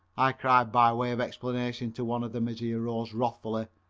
i cried by way of explanation to one of them as he arose wrathfully.